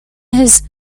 his